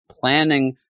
planning